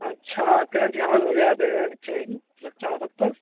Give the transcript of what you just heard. अच्छा कनी ध्यान वगैरह देना चाही बच्चा सबपर